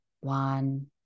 one